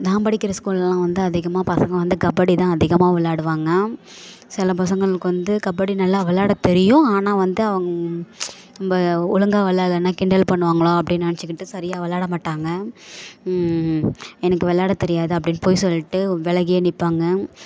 நான் படிக்கின்ற ஸ்கூல்லெல்லாம் வந்து அதிகமாக பசங்க வந்து கபடி தான் அதிகமாக விளையாடுவாங்க சில பசங்களுக்கு வந்து கபடி நல்லா விளையாட தெரியும் ஆனால் வந்து அவங் நம்ம ஒழுங்கா விளையாடலன்னா கிண்டல் பண்ணுவாங்களா அப்படின்னு நினச்சிக்கிட்டு சரியாக விளாடமாட்டாங்க எனக்கு விளாட தெரியாது அப்படின் பொய் சொல்லிட்டு விலகியே நிற்பாங்க